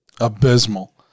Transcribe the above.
Abysmal